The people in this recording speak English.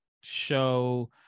show